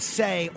say